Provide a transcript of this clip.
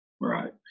Right